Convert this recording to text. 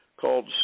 called